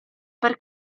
per